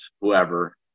whoever